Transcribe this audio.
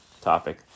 topic